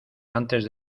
antes